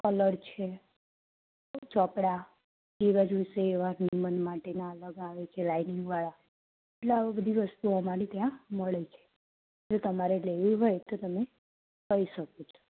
colour છે ચોપડા ઇ બધુ સેવા મન માટેના અલગ આવે છે લાઈનીગ વાળા એટલે આવી બધી વસ્તુઓ અમારે ત્યાં મડે છે તો તમારે લેવી હોય તો તમે લઈ સકો છો